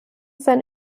sein